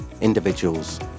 individuals